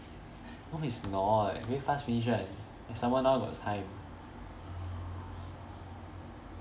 no it's not very fast finish [one] and some more now got time